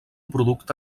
producte